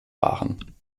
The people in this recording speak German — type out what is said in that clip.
waren